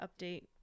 update